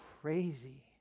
crazy